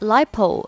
Lipo